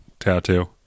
tattoo